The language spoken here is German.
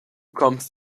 kommst